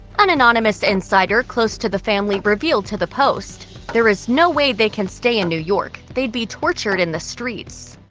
an anonymous insider close to the family revealed to the post, there is no way they can stay in new york. they'd be tortured in the streets.